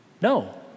No